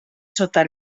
sota